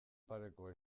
parekoa